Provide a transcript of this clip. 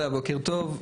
בוקר טוב.